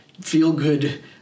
feel-good